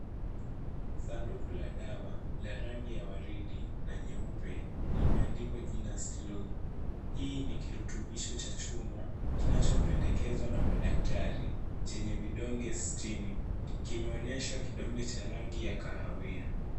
Sanduku la dawa, la rangi ya waridi na nyeupe, limeandikwa jina slow . Hii ni kirutubisho cha chuma kinachopendekezwa na madaktari chenye vidonge sitini. Kimeonyesha kidonge cha rangi ya kahawia.